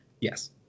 Yes